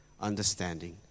understanding